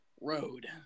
road